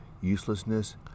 uselessness